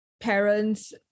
parents